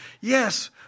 Yes